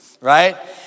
right